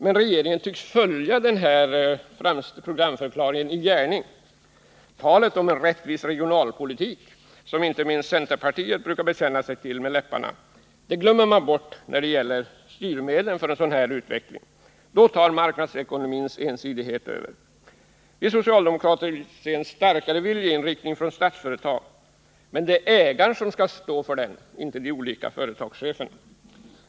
Men regeringen tycks följa denna programförklaring i gärning. Talet om en rättvis regionalpolitik — en politik som inte minst centerpartiet med läpparna brukar bekänna sig till — glömmer man bort när det gäller styrmedlen för en sådan här utveckling. Då tar marknadsekonomins ensidighet över. Vi socialdemokrater vill se en starkare viljeinriktning från Statsföretag. Men det är ägaren som skall stå för denna, inte de olika företagscheferna.